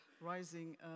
rising